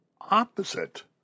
opposite